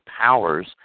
powers